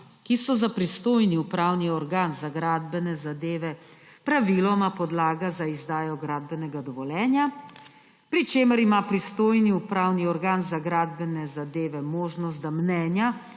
ki so za pristojni upravni organ za gradbene zadeve praviloma podlaga za izdajo gradbenega dovoljenja, pri čemer ima pristojni upravni organ za gradbene zadeve možnost, da mnenja,